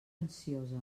ansiosa